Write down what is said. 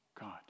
God